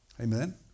Amen